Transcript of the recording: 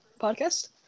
podcast